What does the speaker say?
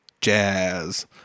jazz